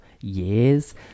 years